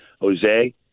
Jose